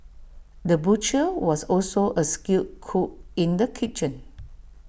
the butcher was also A skilled cook in the kitchen